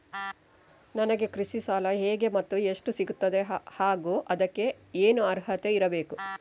ನನಗೆ ಕೃಷಿ ಸಾಲ ಹೇಗೆ ಮತ್ತು ಎಷ್ಟು ಸಿಗುತ್ತದೆ ಹಾಗೂ ಅದಕ್ಕೆ ಏನು ಅರ್ಹತೆ ಇರಬೇಕು?